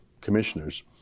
commissioners